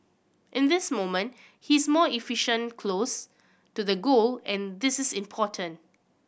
in this moment he is more efficient close to the goal and this is important